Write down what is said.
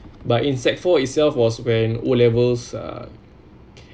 but in sec~ four itself was when O levels uh